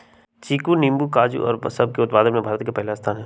चीकू नींबू काजू और सब के उत्पादन में भारत के पहला स्थान हई